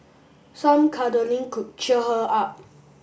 some cuddling could cheer her up